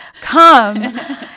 come